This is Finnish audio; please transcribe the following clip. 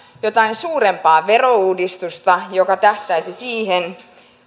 jotain suurempaa verouudistusta joka tähtäisi siihen